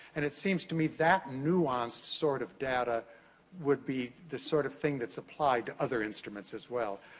and it seems to me, that nuanced sort of data would be the sort of thing that's applied to other instruments as well.